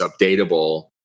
updatable